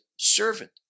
Servant